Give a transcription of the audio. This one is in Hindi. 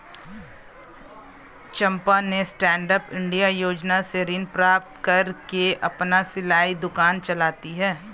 चंपा ने स्टैंडअप इंडिया योजना से ऋण प्राप्त कर अपना सिलाई दुकान चलाती है